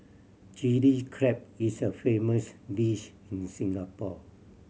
Chilli Crab is a famous dish in Singapore